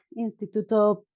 Instituto